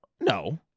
No